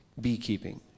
beekeeping